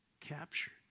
captured